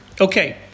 Okay